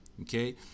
Okay